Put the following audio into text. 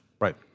Right